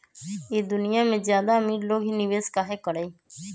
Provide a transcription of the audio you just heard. ई दुनिया में ज्यादा अमीर लोग ही निवेस काहे करई?